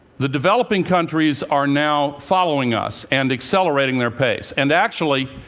the developing countries are now following us and accelerating their pace. and actually,